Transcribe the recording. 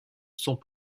sont